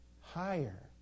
Higher